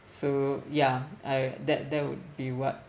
so yeah I that that would be what